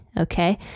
okay